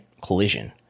collision